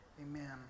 Amen